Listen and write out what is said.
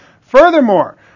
Furthermore